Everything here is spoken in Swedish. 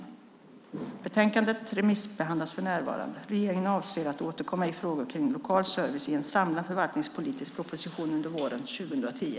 Betänkandet remissbehandlas för närvarande. Regeringen avser att återkomma i frågor kring lokal service i en samlad förvaltningspolitisk proposition under våren 2010.